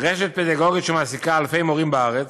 רשת פדגוגית שמעסיקה אלפי מורים בארץ.